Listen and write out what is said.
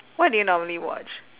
what do you normally watch